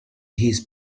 his